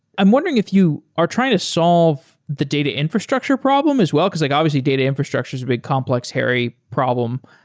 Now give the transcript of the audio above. i'm wondering if you are trying to solve the data infrastructure problem as well, because like obviously data infrastructure is a big complex, hairy problem.